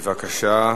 בבקשה.